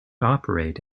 operate